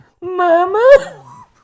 Mama